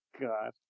God